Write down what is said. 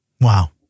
Wow